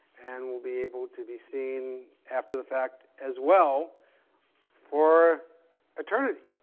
and will be able to be seen after the fact, as well for eternity.